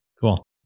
Cool